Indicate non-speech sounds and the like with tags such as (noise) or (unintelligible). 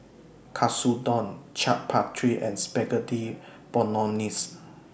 Katsudon Chaat (unintelligible) and Spaghetti Bolognese